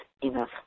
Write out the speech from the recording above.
enough